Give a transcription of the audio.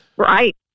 Right